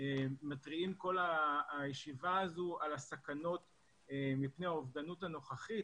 כל הישיבה הזאת אנחנו מתריעים על הסכנות מפני האובדנות הנוכחית,